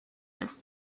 this